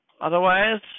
Otherwise